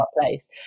place